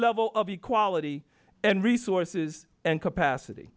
level of equality and resources and capacity